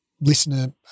listener